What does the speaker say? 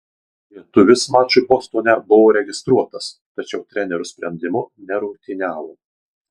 lietuvis mačui bostone buvo registruotas tačiau trenerio sprendimu nerungtyniavo